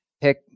pick